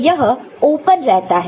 तो यह ओपन रहता है